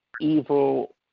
evil